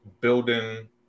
building